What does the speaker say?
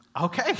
Okay